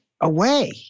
away